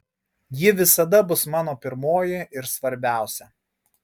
ji visada bus mano pirmoji ir svarbiausia